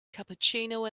cappuccino